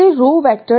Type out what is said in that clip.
તે row vector છે